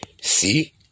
see